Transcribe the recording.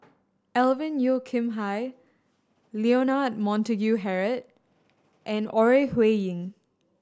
Alvin Yeo Khirn Hai Leonard Montague Harrod and Ore Huiying